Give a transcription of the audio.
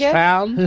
found